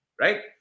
Right